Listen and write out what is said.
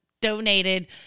donated